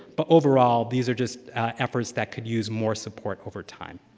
but, overall, these are just efforts that could use more support over time.